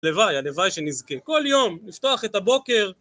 הלוואי, הלוואי שנזכה. כל יום, לפתוח את הבוקר